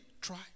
try